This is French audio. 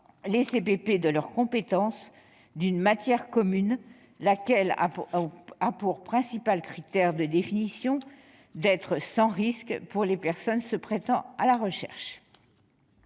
les CPP de leur compétence, d'une matière commune, laquelle a pour principal critère de définition d'être sans risque pour les personnes se prêtant à la recherche